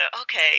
Okay